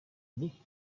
nicht